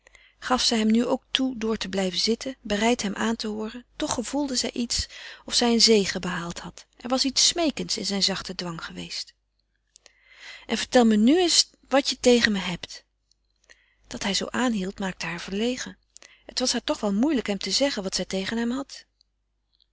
zij hem nu ook toe door te blijven zitten bereid hem aan te hooren toch gevoelde zij iets of zij een zege behaald had er was iets smeekends in zijn zachten dwang geweest en vertel me nu eens wat je tegen me hebt dat hij zoo aanhield maakte haar verlegen het was haar toch wel moeilijk hem tezeggen wat zij tegen hem had